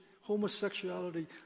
homosexuality